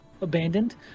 abandoned